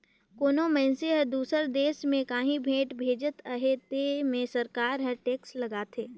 कोनो मइनसे हर दूसर देस में काहीं भेंट भेजत अहे तेन में सरकार हर टेक्स लगाथे